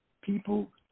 People